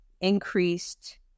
increased